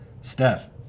Steph